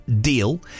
deal